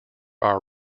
are